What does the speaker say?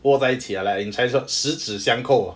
握在一起 ah like in chinese called 十指相扣 ah